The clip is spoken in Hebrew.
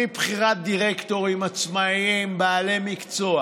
מבחירת דירקטורים עצמאיים בעלי מקצוע